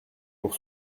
pour